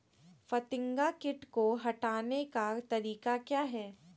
फतिंगा किट को हटाने का तरीका क्या है?